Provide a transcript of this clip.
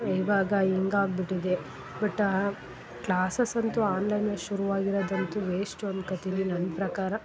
ಇವಾಗ ಹಿಂಗ್ ಆಗಿಬಿಟ್ಟಿದೆ ಬಟ್ ಕ್ಲಾಸಸ್ ಅಂತೂ ಆನ್ಲೈನಲ್ಲಿ ಶುರು ಆಗಿರೋದಂತೂ ವೇಶ್ಟು ಅಂದ್ಕೋತೀನಿ ನನ್ನ ಪ್ರಕಾರ